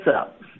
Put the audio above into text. up